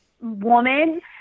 woman